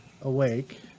awake